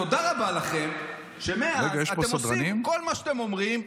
תודה רבה לכם שמאז אתם עושים כל מה שאתם אומרים,